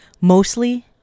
Mostly